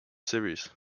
series